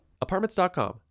Apartments.com